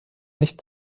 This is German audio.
nicht